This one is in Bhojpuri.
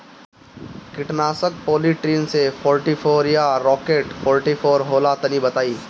कीटनाशक पॉलीट्रिन सी फोर्टीफ़ोर या राकेट फोर्टीफोर होला तनि बताई?